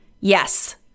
Yes